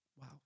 wow